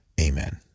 Amen